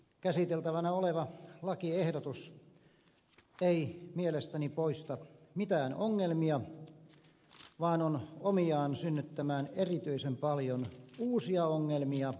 käsiteltävänä oleva lakiehdotus ei mielestäni poista mitään ongelmia vaan on omiaan synnyttämään erityisen paljon uusia ongelmia